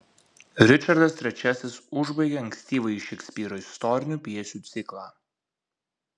ričardas iii užbaigia ankstyvąjį šekspyro istorinių pjesių ciklą